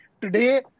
today